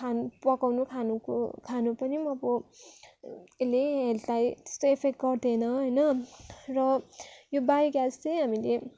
खान पकाउनु खानुको खानु पनि अब यसले हेल्थलाई तेस्तो इफेक्ट गर्दैन होइन र यो बायो ग्यास चाहिँ हामीले